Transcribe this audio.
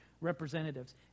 representatives